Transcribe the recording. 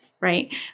right